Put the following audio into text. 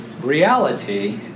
Reality